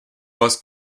was